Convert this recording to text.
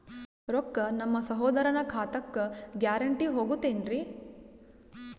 ರೊಕ್ಕ ನಮ್ಮಸಹೋದರನ ಖಾತಕ್ಕ ಗ್ಯಾರಂಟಿ ಹೊಗುತೇನ್ರಿ?